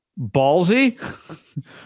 Ballsy